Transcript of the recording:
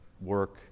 work